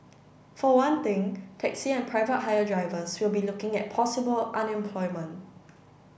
for one thing taxi and private hire drivers will be looking at possible unemployment